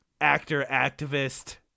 actor-activist